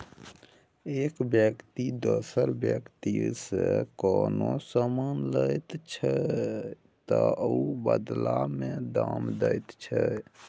एक बेकती दोसर बेकतीसँ कोनो समान लैत छै तअ बदला मे दाम दैत छै